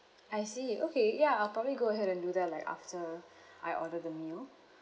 I see okay ya I'll probably go ahead and do that like after I order the meal